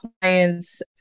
client's